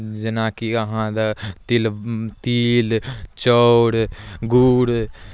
जेनाकि अहाँके तिल तिल चाउर गुड़